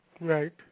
Right